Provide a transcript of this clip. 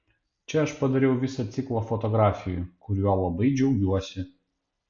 čia aš padariau visą ciklą fotografijų kuriuo labai džiaugiuosi